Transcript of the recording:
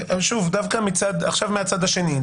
עכשיו מהצד השני,